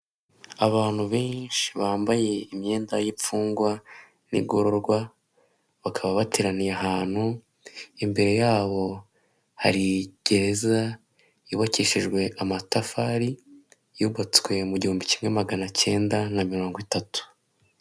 Abantu benshi bambaye imyenda y'imfungwa n'ingororwa, bakaba bateraniye ahantu, imbere yabo hari gereza yubakishijwe amatafari, yubatswe mu gihumbi kimwe magana cyenda na mirongo itatu.